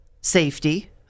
safety